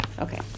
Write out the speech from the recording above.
Okay